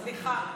סליחה.